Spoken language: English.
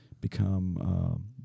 become